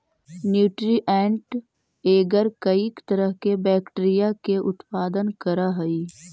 nutrient agar कईक तरह के बैक्टीरिया के उत्पादन करऽ हइ